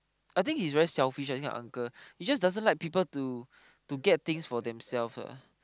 I think he's very selfish this kind of uncle he just doesn't like people to to get things for themselves ah